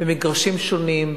במגרשים שונים,